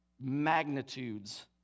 magnitudes